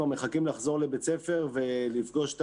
כבר מחכים לחזור לבית הספר ולפגוש את